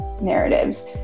narratives